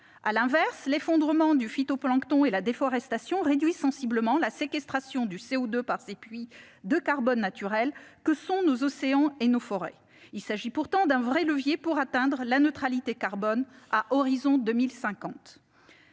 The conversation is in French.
À l'inverse, l'effondrement du phytoplancton et la déforestation réduisent sensiblement la séquestration du CO2 par ces puits de carbone naturels que sont nos océans et nos forêts. Il s'agit pourtant d'un vrai levier pour atteindre la neutralité carbone à l'horizon 2050.